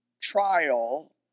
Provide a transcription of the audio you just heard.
trial